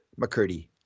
McCurdy